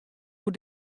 oer